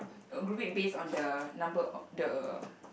group it based on the number of the